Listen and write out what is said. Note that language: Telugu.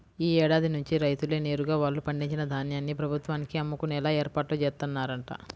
యీ ఏడాది నుంచి రైతులే నేరుగా వాళ్ళు పండించిన ధాన్యాన్ని ప్రభుత్వానికి అమ్ముకునేలా ఏర్పాట్లు జేత్తన్నరంట